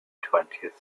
twentieth